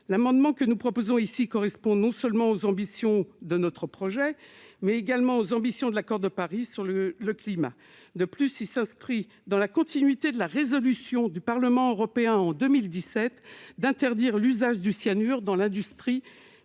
L'amendement que nous proposons ici répond non seulement aux ambitions de notre projet, mais également à celles de l'accord de Paris sur le climat ; de plus, il s'inscrit dans la continuité de la résolution du Parlement européen de 2017 demandant l'interdiction de l'usage du cyanure dans l'industrie